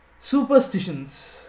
superstitions